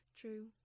true